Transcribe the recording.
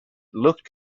looked